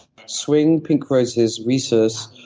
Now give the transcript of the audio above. swing, pink roses, rhesus,